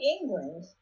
England